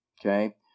Okay